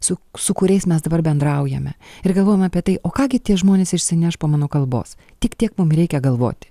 su su kuriais mes dabar bendraujame ir galvojam apie tai o ką gi tie žmonės išsineš po mano kalbos tik tiek mum reikia galvoti